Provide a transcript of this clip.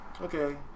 Okay